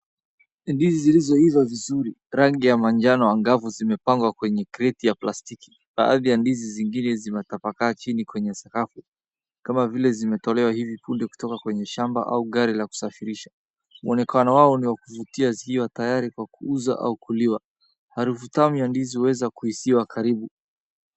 Ndizi zilizoiva vizuri rangi ya manjano angavu zimepangwa kwenye kreti ya plastiki. Baadhi ya ndizi zingine zimetapakaa chini kwenye sakafu kama vile zimetolewa hivi punde kutoka kwenye shamba au gari la kusafirisha. Uonekano wao ni wa kuvutia zikiwa tayari kwa kuuza au kuliwa. Harufu tamu ya ndizi huweza kuhisiwa karibu.